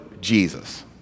Jesus